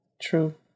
true